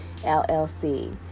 LLC